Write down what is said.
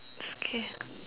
it's okay